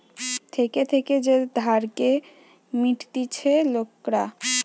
থেকে থেকে যে ধারকে মিটতিছে লোকরা